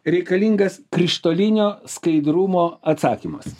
reikalingas krištolinio skaidrumo atsakymas